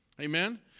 Amen